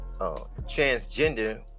transgender